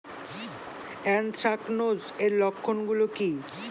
Anthracnose এর লক্ষণ গুলো কি কি?